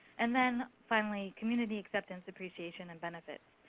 and then, finally, community acceptance, appreciation, and benefits.